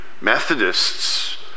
Methodists